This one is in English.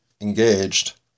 engaged